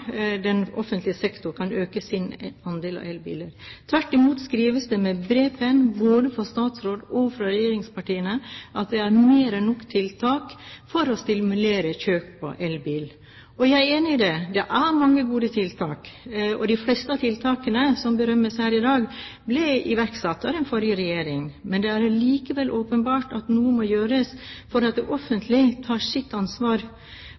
andel av elbiler. Tvert imot skrives det med bred pensel både av statsråden og av regjeringspartiene at det er mer enn nok tiltak for å stimulere til kjøp av elbil. Jeg er enig i at det er mange gode tiltak. De fleste av tiltakene som berømmes her i dag, ble iverksatt av den forrige regjeringen. Men det er likevel åpenbart at noe må gjøres for at det offentlige tar sitt ansvar.